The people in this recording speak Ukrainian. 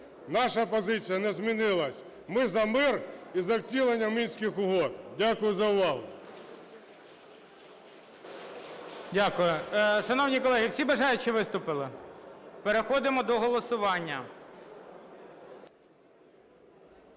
Наша позиція не змінилась: ми за мир і за втілення Мінських угод. Дякую за увагу.